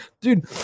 dude